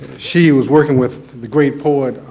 she was working with the great poet,